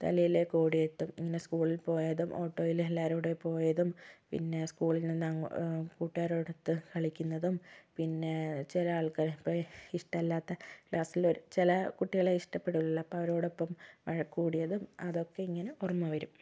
തലയിലേക്ക് ഓടിയെത്തും ഇങ്ങനെ സ്കൂളിൽ പോയതും ഓട്ടോയിൽ എല്ലാവരുടെയും കൂടെ പോയതും പിന്നെ സ്കൂളിൽ നിന്നും കൂട്ടുകാരോടൊത്ത് കളിക്കുന്നതും പിന്നെ ചില ആൾകാർ ഇപ്പം ഇഷ്ടമല്ലാത്ത ക്ലാസ്സിലെ ചില കുട്ടികളെ ഇഷ്ടപെടൂലല്ലോ അപ്പോൾ അവരോടൊപ്പം വഴക്ക് കൂടിയതും അതൊക്കെ ഇങ്ങനെ ഓർമ വരും